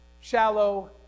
shallow